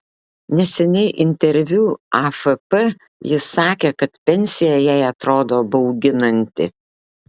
neseniai interviu afp ji sakė kad pensija jai atrodo bauginanti